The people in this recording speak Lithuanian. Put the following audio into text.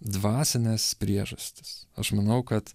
dvasines priežastis aš manau kad